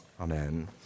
Amen